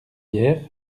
hier